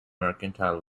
mercantile